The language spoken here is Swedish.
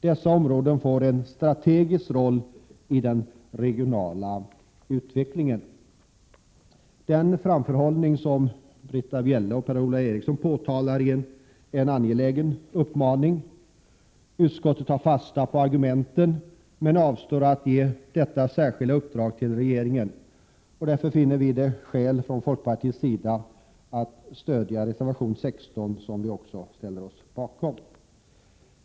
Dessa områden får en strategisk roll i den regionala utvecklingen. Den framförhållning som Britta Bjelle och Per-Ola Eriksson talar för i motion A416 innebär en angelägen uppmaning. Utskottet tar fasta på argumenten i motionen men avstår från att ge detta särskilda uppdrag till regeringen. Därför finner vi i folkpartiet att det finns skäl att stödja reservation 16.